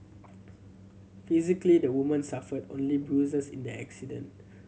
physically the woman suffered only bruises in the accident